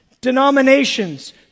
Denominations